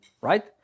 right